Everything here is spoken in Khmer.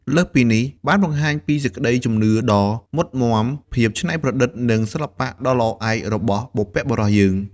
លើសពីនេះ បានបង្ហាញពីសេចក្តីជំនឿដ៏មុតមាំ ភាពច្នៃប្រឌិត និងសិល្បៈដ៏ល្អឯករបស់បុព្វបុរសយើង។